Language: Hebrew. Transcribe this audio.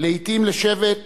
לעתים לשבט